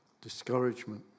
discouragement